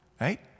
right